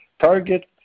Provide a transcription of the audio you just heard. target